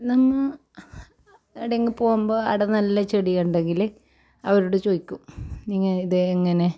ഞങ്ങൾ എവിടെങ്കിലും പോകുമ്പോൾ അവിടെ നല്ല ചെടിയുണ്ടെങ്കിൽ അവരോട് ചോദിക്കും നിങ്ങൾ ഇത് എങ്ങനെ